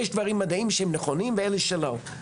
יש דברים מדעיים שהם נכונים ואלה שלא.